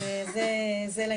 זה לגבי זה.